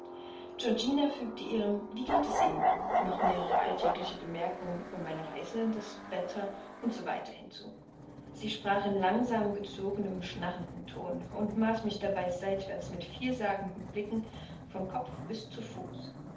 georgina fügte ihrem wie geht es ihnen noch mehrere alltägliche bemerkungen über meine reise das wetter u s w hinzu sie sprach in langsam gezogenem schnarrendem ton und maß mich dabei seitwärts mit vielsagenden blicken von kopf bis zu fuß